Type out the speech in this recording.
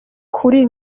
kuri